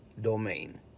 domain